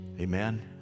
Amen